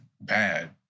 bad